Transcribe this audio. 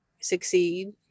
succeed